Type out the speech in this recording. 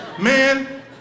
man